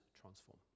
transform